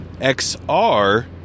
XR